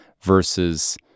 versus